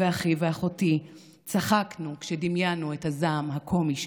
אחי ואחותי צחקנו כשדמיינו את הזעם הקומי שלו,